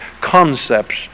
concepts